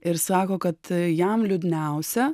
ir sako kad jam liūdniausia